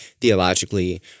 theologically